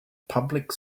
public